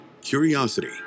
curiosity